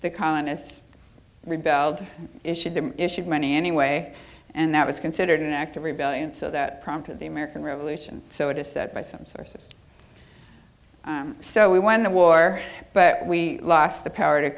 the colonists rebelled issued that issued money anyway and that was considered an act of rebellion so that prompted the american revolution so it is said by some sources so we won the war but we lost the power to